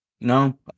No